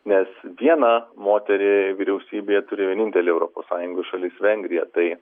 nes vieną moterį vyriausybėje turi vienintelė europos sąjungos šalis vengrija tai